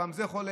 פעם זה חולה,